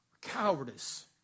cowardice